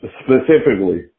specifically